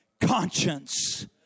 conscience